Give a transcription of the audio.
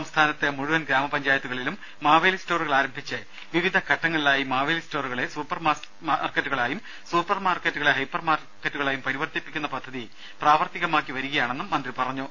സംസ്ഥാനത്തെ മുഴുവൻ ഗ്രാമ പഞ്ചായത്തുകളിലും മാവേലി സ്റ്റോറുകൾ ആരംഭിച്ച് വിവിധ ഘട്ടങ്ങളിലായി മാവേലി സ്റ്റോറുകളെ സൂപ്പർ മാർക്കറ്റുകളായും സൂപ്പർ മാർക്കറ്റുകളെ ഹൈപ്പർ മാർക്കറ്റുകളായും പരിവർത്തിപ്പിക്കുന്ന പദ്ധതി പ്രാവർത്തികമാക്കിവരികയാണെന്നും മന്ത്രി പറഞ്ഞു